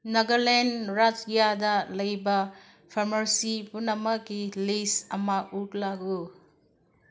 ꯅꯥꯒꯥꯂꯦꯟ ꯔꯥꯖ꯭ꯌꯥꯗ ꯂꯩꯕ ꯐꯥꯔꯃꯥꯔꯁꯤ ꯄꯨꯝꯅꯃꯛꯀꯤ ꯂꯤꯁ ꯑꯃ ꯎꯠꯂꯛꯎ